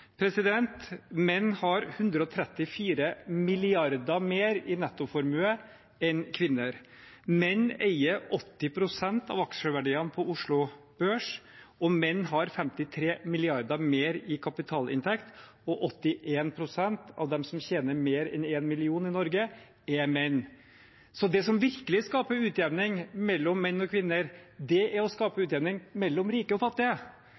Menn har 134 mrd. kr mer i nettoformue enn kvinner. Menn eier 80 pst. av aksjeverdiene på Oslo Børs, menn har 53 mrd. kr mer i kapitalinntekt, og 81 pst. av dem som tjener mer enn 1 mill. kr i Norge, er menn. Så det som virkelig skaper utjevning mellom menn og kvinner, er å skape utjevning mellom rike og fattige.